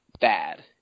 bad